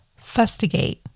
Fustigate